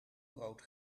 brood